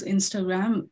Instagram